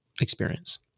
experience